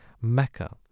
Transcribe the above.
Mecca